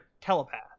telepath